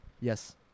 Yes